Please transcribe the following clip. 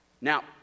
Now